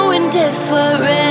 indifferent